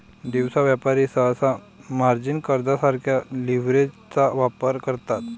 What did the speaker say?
दिवसा व्यापारी सहसा मार्जिन कर्जासारख्या लीव्हरेजचा वापर करतात